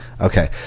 Okay